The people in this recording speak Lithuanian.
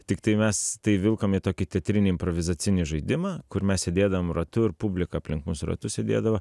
tiktai mes tai vilkom į tokį teatrinį improvizacinį žaidimą kur mes sėdėdavom ratu ir publika aplink mus ratu sėdėdavo